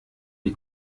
die